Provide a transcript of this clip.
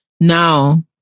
now